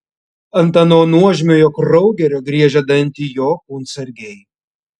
ant ano nuožmiojo kraugerio griežia dantį jo kūnsargiai